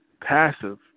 passive